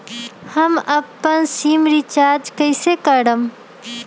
हम अपन SIM recharge कइसे करम?